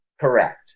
Correct